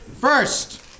First